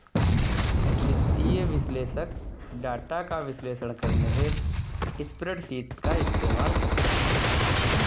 वित्तीय विश्लेषक डाटा का विश्लेषण करने हेतु स्प्रेडशीट का इस्तेमाल करते हैं